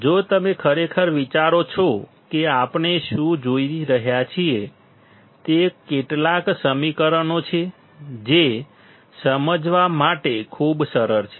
જો તમે ખરેખર વિચારો છો કે આપણે શું જોઈ રહ્યા છીએ તે કેટલાક સમીકરણો છે જે સમજવા માટે ખૂબ સરળ છે